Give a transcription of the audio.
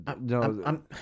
No